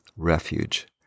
refuge